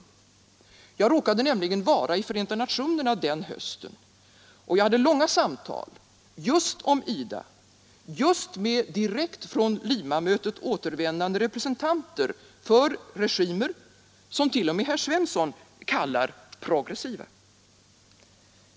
Jag råkade nämligen vara i Förenta nationerna den hösten, och jag hade långa samtal just om IDA just med direkt från Limamötet återvändande representanter för regimer, som t.o.m. herr Svensson kallar progressiva.